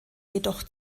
jedoch